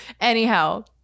Anyhow